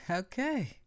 okay